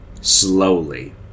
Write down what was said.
Slowly